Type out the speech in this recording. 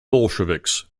bolsheviks